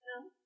No